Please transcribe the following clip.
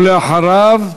ואחריו,